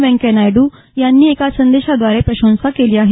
वेंकैया नायडू यांनी एका संदेशाद्वारे प्रशंसा केली आहे